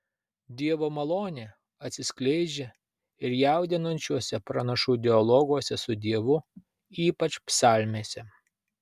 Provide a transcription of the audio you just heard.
dievo malonė atsiskleidžia ir jaudinančiuose pranašų dialoguose su dievu ypač psalmėse